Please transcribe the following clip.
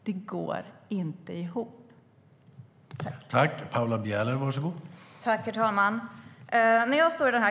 Det går inte ihop.